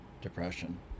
depression